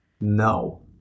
No